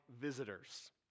visitors